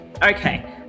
Okay